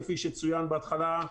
כפי שצוין בהתחלה.